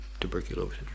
tuberculosis